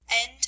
End